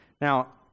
Now